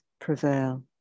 prevail